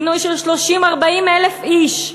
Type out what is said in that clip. פינוי של 30,000 40,000 איש,